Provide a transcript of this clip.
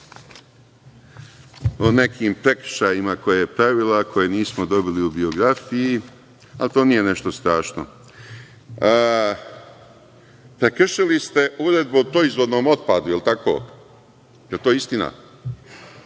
o nekim prekršajima koje je pravila, koje nismo dobili u biografiji, ali to nije nešto strašno. Prekršili ste Uredbu o proizvodnom otpadu. Da li je tako? Da li je istina?